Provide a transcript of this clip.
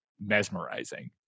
mesmerizing